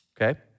okay